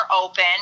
open